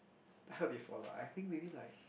I heard before lah I think maybe like